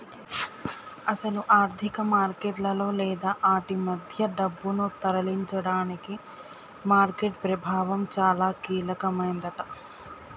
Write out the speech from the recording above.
అసలు ఆర్థిక మార్కెట్లలో లేదా ఆటి మధ్య డబ్బును తరలించడానికి మార్కెట్ ప్రభావం చాలా కీలకమైందట